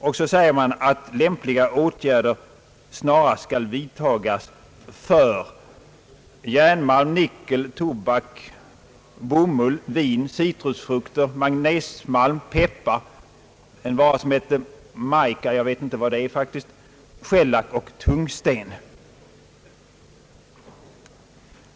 Vidare säger man att lämpliga åtgärder snarast skall vidtagas i fråga om järnmalm, nickel, tobak, bomull, vin, citrusfrukter, magnesium, peppar, »mica» — jag vet faktiskt inte vad det är — shellack och tungsten.